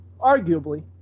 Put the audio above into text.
arguably